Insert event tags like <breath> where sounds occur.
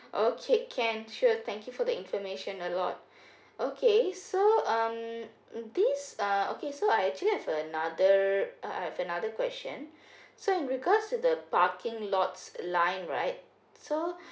okay can sure thank you for the information a lot <breath> okay so um this uh okay so I actually have another uh I've another question so in regards to the parking lots line right so